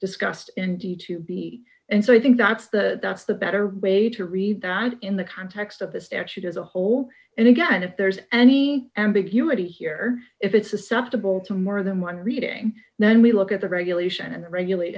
discussed and d to b and so i think that's the that's the better way to read that in the context of the statute as a whole and again if there's any ambiguity here if it's susceptible to more than one reading then we look at the regulation and regulate